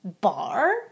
bar